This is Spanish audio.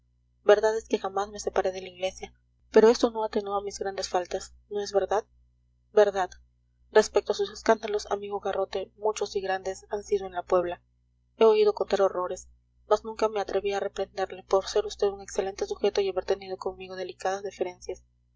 verdad es que jamás me separé de la iglesia pero esto no atenúa mis grandes faltas no es verdad verdad respecto a sus escándalos amigo garrote muchos y grandes han sido en la puebla he oído contar horrores mas nunca me atreví a reprenderle por ser vd un excelente sujeto y haber tenido conmigo delicadas deferencias